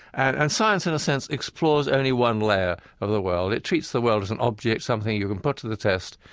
and science, in a sense, explores only one layer of the world. it treats the world as an object, something you can put to the test,